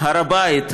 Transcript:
הר הבית,